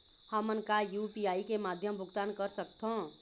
हमन का यू.पी.आई के माध्यम भुगतान कर सकथों?